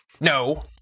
No